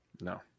No